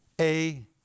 a-